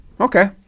Okay